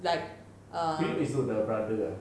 philip is who the brother ah